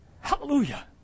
Hallelujah